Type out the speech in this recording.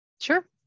Sure